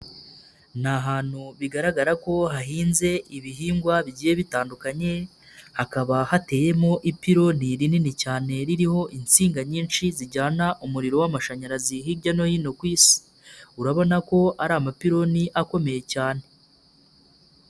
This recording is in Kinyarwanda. Ni ahantu bigaragara ko hahinze ibihingwagiye bitandukanye, hakaba hateyemo ipironi rinini cyane ririho insinga nyinshi zijyana umuriro w'amashanyarazi hirya no hino ku isi, urabona ko ari amapiloni akomeye cyane.